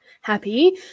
happy